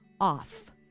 off